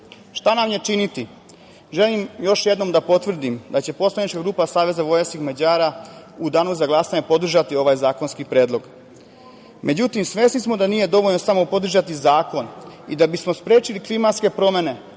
nam je činiti? Želim još jednom da potvrdim da će poslanička grupa SVM u danu za glasanje podržati ovaj zakonski predlog. Međutim, svesni smo da nije dovoljno samo podržati zakon i da bismo sprečili klimatske promene